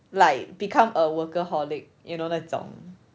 like become a workaholic like you know 那种